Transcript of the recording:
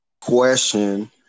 question